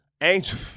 Angel